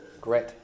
Great